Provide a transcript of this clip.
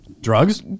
Drugs